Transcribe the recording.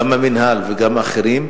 גם המינהל וגם אחרים,